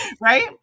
Right